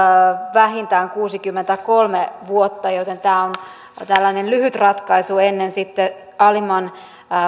vähintään kuusikymmentäkolme vuotta joten tämä on tällainen lyhyt ratkaisu ennen alimman